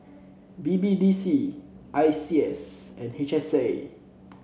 B B D C Iseas and H S A